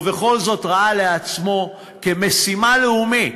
ובכל זאת הוא ראה לעצמו, כמשימה לאומית,